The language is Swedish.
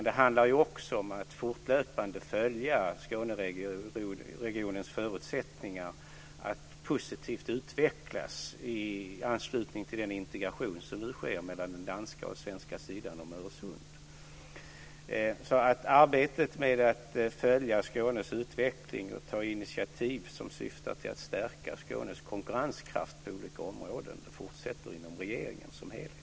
Det handlar också om att fortlöpande följa Skåneregionens förutsättningar att positivt utvecklas i anslutning till den integration som nu sker mellan den danska och den svenska sidan om Öresund. Arbetet med att följa Skånes utveckling och ta initiativ som syftar till att stärka Skånes konkurrenskraft på olika områden fortsätter alltså inom regeringen som helhet.